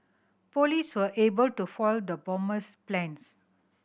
police were able to foil the bomber's plans